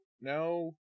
no